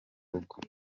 rugo